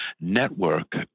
network